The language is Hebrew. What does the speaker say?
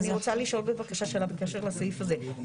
אני רוצה לשאול שאלה בקשר לסעיף הזה.